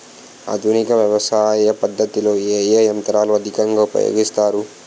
ఆధునిక వ్యవసయ పద్ధతిలో ఏ ఏ యంత్రాలు అధికంగా ఉపయోగిస్తారు?